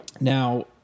Now